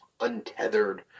untethered